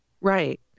Right